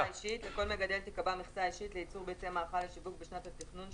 לכל מגדל תיקבע מכסה אישית לייצור ביצי מאכל לשיווק בשנת התכנון,